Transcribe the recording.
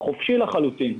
חופשי לחלוטין.